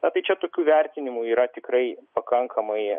na tai čia tokių vertinimų yra tikrai pakankamai